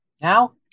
Now